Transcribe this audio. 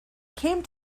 came